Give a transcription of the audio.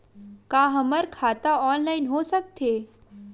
का हमर खाता ऑनलाइन हो सकथे?